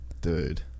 dude